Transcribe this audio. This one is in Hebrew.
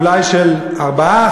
אולי של 4%,